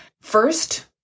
first